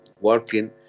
working